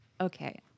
Okay